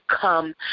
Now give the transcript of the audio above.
come